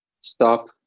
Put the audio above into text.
stop